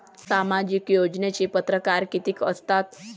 सामाजिक योजनेचे परकार कितीक असतात?